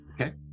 Okay